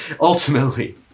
ultimately